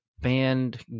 band